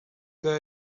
que